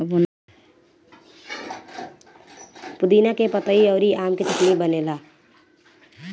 पुदीना के पतइ अउरी आम के चटनी बनेला